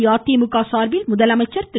அஇஅதிமுக சார்பில் முதலமைச்சர் திரு